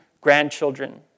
grandchildren